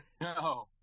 no